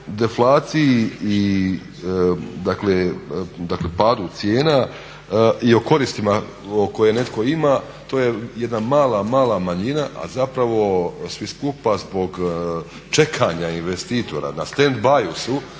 o deflaciji i dakle padu cijena i o koristima koje netko ima, to je jedna mala, mala manjina a zapravo svi skupa zbog čekanja investitora na stand byu su